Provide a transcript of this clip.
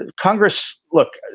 and congress. look.